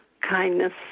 Kindness